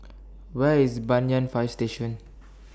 Where IS Banyan Fire Station